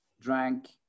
drank